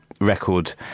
Record